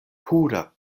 pura